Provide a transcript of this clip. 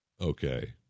Okay